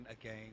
again